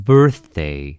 Birthday